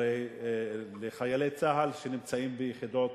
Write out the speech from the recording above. הרי לחיילי צה"ל שנמצאים ביחידות